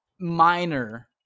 minor